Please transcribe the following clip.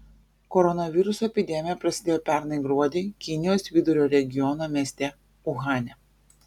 koronaviruso epidemija prasidėjo pernai gruodį kinijos vidurio regiono mieste uhane